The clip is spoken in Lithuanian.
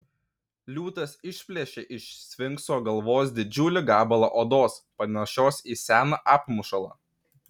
liūtas išplėšė iš sfinkso galvos didžiulį gabalą odos panašios į seną apmušalą